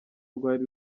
rwari